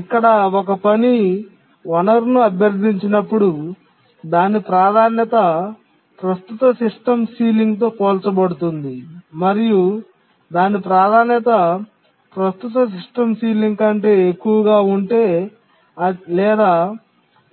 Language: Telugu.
ఇక్కడ ఒక పని వనరును అభ్యర్థించినప్పుడు దాని ప్రాధాన్యత ప్రస్తుత సిస్టమ్ పైకప్పుతో పోల్చబడుతుంది మరియు దాని ప్రాధాన్యత ప్రస్తుత సిస్టమ్ పైకప్పు కంటే ఎక్కువగా ఉంటే లేదా